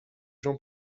jean